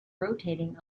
rotating